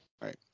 right